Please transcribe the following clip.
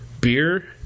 beer